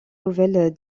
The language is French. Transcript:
nouvelle